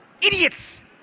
Idiots